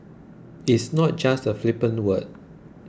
it's not just a flippant word